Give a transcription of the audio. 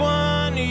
one